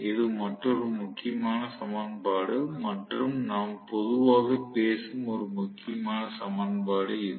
இது மற்றொரு முக்கியமான சமன்பாடு மற்றும் நாம் பொதுவாக பேசும் ஒரு முக்கியமான சமன்பாடு இது